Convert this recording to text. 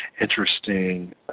Interesting